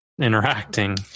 interacting